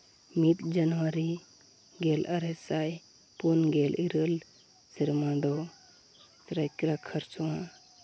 ᱢᱤᱫ ᱡᱟᱹᱱᱩᱣᱟᱨᱤ ᱜᱮᱞ ᱟᱨᱮ ᱥᱟᱭ ᱯᱩᱱ ᱜᱮᱞ ᱤᱨᱟᱹᱞ ᱥᱮᱨᱢᱟ ᱫᱚ ᱥᱚᱨᱟᱭᱠᱮᱞᱞᱟ ᱠᱷᱟᱨᱥᱚᱶᱟ